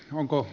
onko